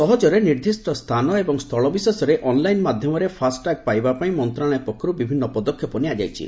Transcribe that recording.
ସହଜରେ ନିର୍ଦ୍ଦିଷ୍ଟ ସ୍ଥାନ ଏବଂ ସ୍ଥଳବିଶେଷରେ ଅନ୍ଲାଇନ୍ ମାଧ୍ୟମରେ ଫାସ୍ଟାଗ୍ ପାଇବାପାଇଁ ମନ୍ତ୍ରଣାଳୟ ପକ୍ଷରୁ ବିଭିନ୍ନ ପଦକ୍ଷେପ ନିଆଯାଇଛି